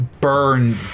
burn